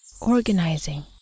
organizing